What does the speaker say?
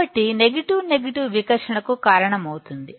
కాబట్టి negative negative వికర్షణకు కారణమవుతుంది